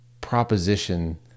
proposition